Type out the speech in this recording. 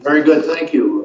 very good thank you